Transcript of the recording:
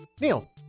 Neil